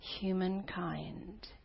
humankind